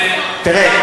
תראה,